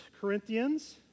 Corinthians